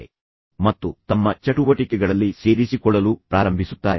ಅವರು ಏನೇ ಮಾಡಿದರೂ ಅವರನ್ನು ತಮ್ಮ ಚಟುವಟಿಕೆಗಳಲ್ಲಿ ಸೇರಿಸಿಕೊಳ್ಳಲು ಪ್ರಾರಂಭಿಸುತ್ತಾರೆ